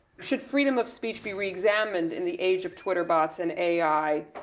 should freedom of speech be reexamined in the age of twitter bots and ai?